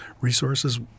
resources